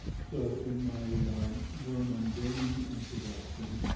so in my more mundane introduction,